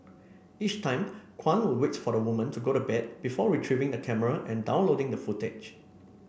each time Kwan would wait for the woman to go to bed before retrieving the camera and downloading the footage